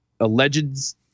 Alleged